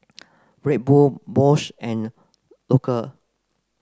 Red Bull Bose and Loacker